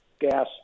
gas